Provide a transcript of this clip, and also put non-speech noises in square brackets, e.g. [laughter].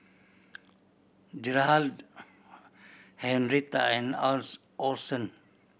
Gerhardt [noise] Henretta and Orson